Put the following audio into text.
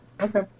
Okay